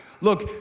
Look